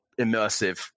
immersive